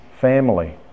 family